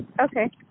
Okay